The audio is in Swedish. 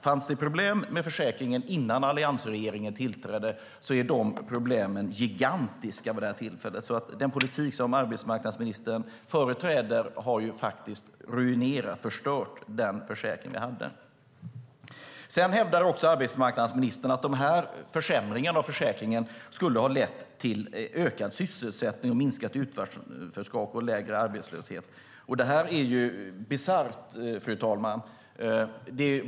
Fanns det problem med försäkringen innan alliansregeringen tillträdde så är de problemen nu gigantiska. Den politik som arbetsmarknadsministern företräder har faktiskt ruinerat, förstört, den försäkring vi hade. Sedan hävdar arbetsmarknadsministern att försämringarna av försäkringen skulle ha lett till ökad sysselsättning, minskat utanförskap och lägre arbetslöshet. Det är ju bisarrt, fru talman.